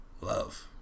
love